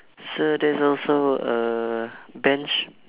so there's also a bench